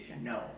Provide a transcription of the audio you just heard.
No